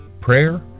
prayer